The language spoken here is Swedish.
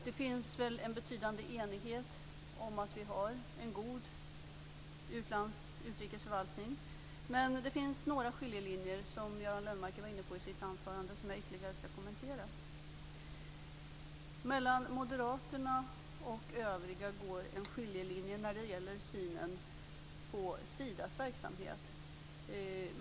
Det finns en betydande enighet om att vi har en god utrikesförvaltning. Men det finns några skiljelinjer som Göran Lennmarker var inne på i sitt anförande och som jag ytterligare ska kommentera. Mellan moderaterna och övriga går en skiljelinje när det gäller synen på Sidas verksamhet.